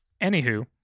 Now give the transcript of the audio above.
anywho